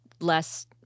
less